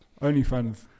OnlyFans